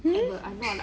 hmm